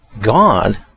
God